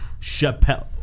Chappelle